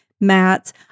mats